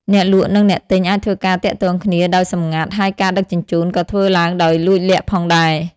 អ្នកលក់និងអ្នកទិញអាចធ្វើការទាក់ទងគ្នាដោយសម្ងាត់ ហើយការដឹកជញ្ជូនក៏ធ្វើឡើងដោយលួចលាក់ផងដែរ។